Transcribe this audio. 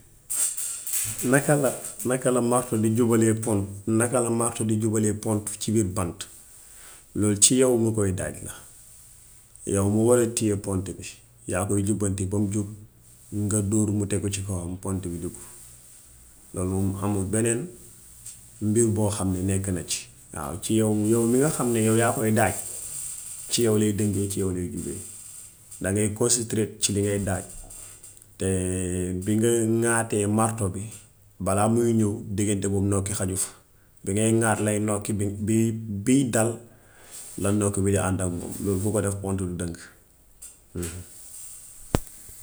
Naka la martu di jubalee pontu naka la martu di jubalee pontu ci biit bant. Loolu ci yaw mi. koy daaj la. Yaw mi war a tiye pontu bi, yaa koy jubbanti bam jub, nga dóor mu tegu ci kawam pont bi duggu. Loolu moom amut beneen mbir boo xam ne nekk na ci. Waaw ci yaw, yaw mi nga xam ne yaa koy daaj ci yaw lay dungee, ci yaw lay jubee. Dangay consitrate ci li ngay daaj te bi nga ŋaate martu bi balaa mu ñëw diggante boobu nokki xaju fa. Bi ngay ŋaat lay nokki bi bi dal, la nokki bi di àndak moom. Lool ku ko def pont du dëng.